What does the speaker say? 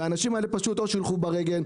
או שהאנשים האלה ילכו ברגל,